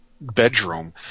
bedroom